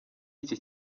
y’iki